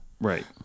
Right